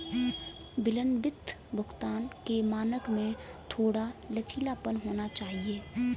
विलंबित भुगतान के मानक में थोड़ा लचीलापन होना चाहिए